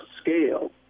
scale